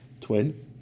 twin